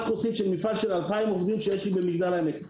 כוסית של מפעל של 2,000 עובדים שיש לי במגדל העמק.